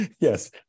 Yes